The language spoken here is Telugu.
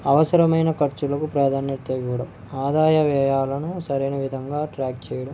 అవసరమైన ఖర్చులకు ప్రధాన్యత ఇవ్వడం ఆదాయ వ్యయాలను సరైన విధంగా ట్రాక్ చెయ్యడం